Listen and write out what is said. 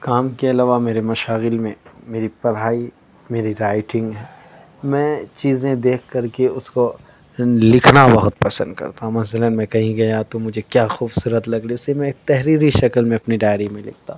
کام کے علاوہ میرے مشاغل میں میری پڑھائی میری رائٹنگ ہے میں چیزیں دیکھ کر کے اس کو لکھنا بہت پسند کرتا ہوں مثلاً میں کہیں گیا تو مجھے کیا خوبصورت لگ رہا ہے اسے میں ایک تحریری شکل میں اپنی ڈائری میں لکھتا ہوں